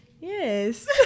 yes